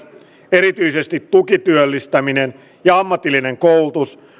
erityisesti tukityöllistäminen ja ammatillinen koulutus